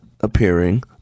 appearing